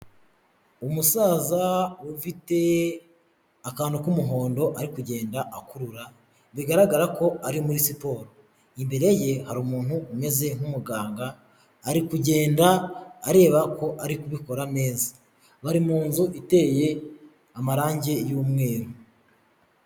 Umusaza ufite akantu k'umuhondo ari kugenda akurura bigaragara ko ari muri siporo, imbere ye hari umuntu umeze nkumuganga ari kugenda areba ko ari kubikora neza, bari mu nzu iteye amarangi y'umweru.